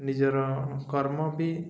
ନିଜର କର୍ମ ବି